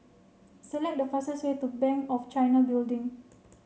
select the fastest way to Bank of China Building